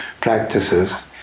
practices